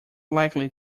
likely